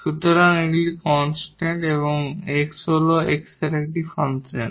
সুতরাং এগুলি কনস্ট্যান্ট এবং 𝑋 হল x এর একটি ফাংশন